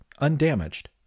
undamaged